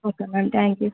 okay ma'am thank you